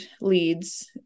leads